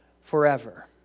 forever